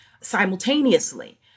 simultaneously